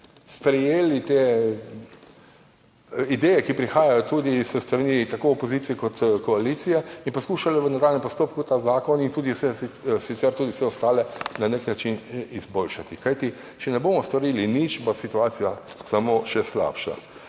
sprejeli te ideje, ki prihajajo tudi s strani tako opozicije kot koalicije, in poskušali v nadaljnjem postopku ta zakon in tudi sicer vse ostale na nek način izboljšati. Kajti če ne bomo storili nič, bo situacija samo še slabša.